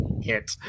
hit